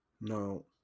No